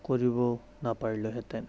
কৰিব নাপাৰিলোহেঁতেন